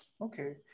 Okay